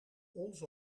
onze